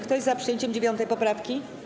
Kto jest za przyjęciem 9. poprawki?